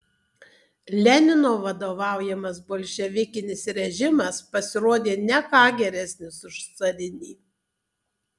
lenino vadovaujamas bolševikinis režimas pasirodė ne ką geresnis už carinį